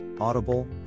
Audible